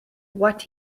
what